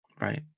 Right